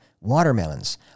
watermelons